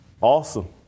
Awesome